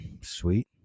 sweet